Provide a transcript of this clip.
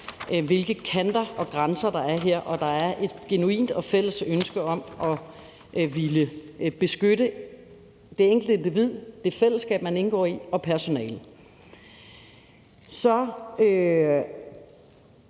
hvilke kanter og grænser der er her, og der er et genuint og fælles ønske om at ville beskytte det enkelte individ, det fællesskab, man indgår i og personalet. Så